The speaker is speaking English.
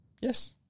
yes